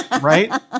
right